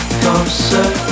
closer